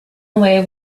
away